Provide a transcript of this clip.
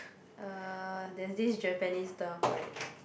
uh there's this Japanese term for it